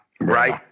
Right